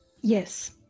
Yes